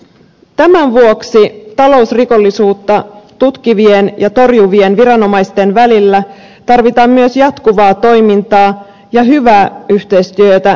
tämän vuoksi talousrikollisuutta tutkivien ja torjuvien viranomaisten välillä tarvitaan myös jatkuvaa toimintaa ja hyvää yhteistyötä sekä osaamista